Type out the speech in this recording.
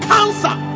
Cancer